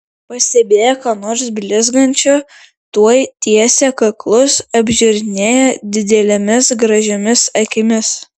pastebėję ką nors blizgančio tuoj tiesia kaklus apžiūrinėja didelėmis gražiomis akimis